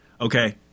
okay